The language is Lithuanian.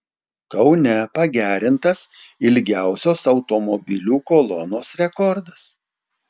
kaune pagerintas ilgiausios automobilių kolonos rekordas